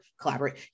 collaborate